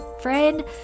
Friend